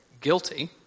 guilty